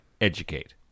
educate